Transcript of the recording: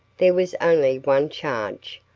there was only one charge,